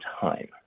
time